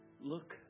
look